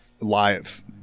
live